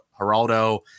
Geraldo